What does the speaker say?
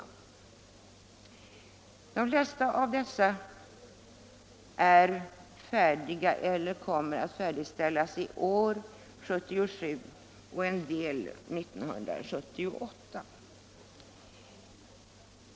De flesta av dessa objekt är färdiga eller kommer att färdigställas under detta år, under år 1977 och 1978.